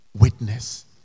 witness